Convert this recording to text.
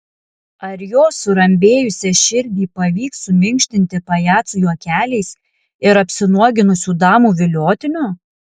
ar jo surambėjusią širdį pavyks suminkštinti pajacų juokeliais ir apsinuoginusių damų viliotiniu